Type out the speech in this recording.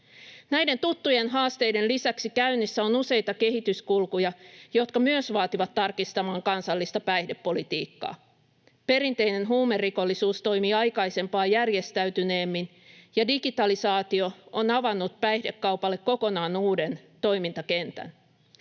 Näiden tuttujen haasteiden lisäksi käynnissä on useita kehityskulkuja, jotka myös vaativat tarkistamaan kansallista päihdepolitiikkaa. Perinteinen huumerikollisuus toimii aikaisempaa järjestäytyneemmin, ja digitalisaatio on avannut päihdekaupalle kokonaan uuden toimintakentän.